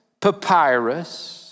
papyrus